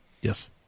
Yes